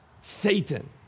Satan